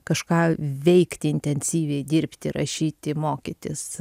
kažką veikti intensyviai dirbti rašyti mokytis